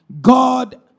God